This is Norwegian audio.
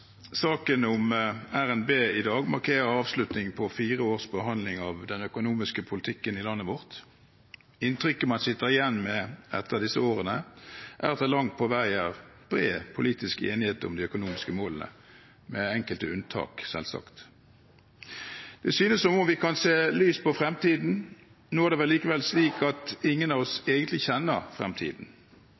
Saken om RNB i dag markerer avslutningen på fire års behandling av den økonomiske politikken i landet vårt. Inntrykket man sitter igjen med etter disse årene, er at det langt på vei er bred politisk enighet om de økonomiske målene – med enkelte unntak, selvsagt. Det synes som om vi kan se lyst på fremtiden. Nå er det vel likevel slik at ingen av oss egentlig kjenner